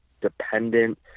dependent